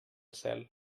cel